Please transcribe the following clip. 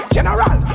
General